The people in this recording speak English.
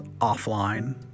offline